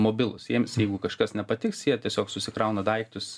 mobilūs jiems jeigu kažkas nepatiks jie tiesiog susikrauna daiktus